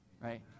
right